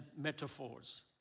metaphors